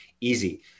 easy